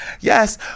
yes